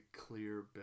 clear